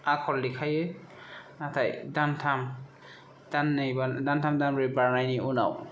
आखल देखायो नाथाय दानथाम दाननै बा दानथाम दानब्रै बारनायनि उनाव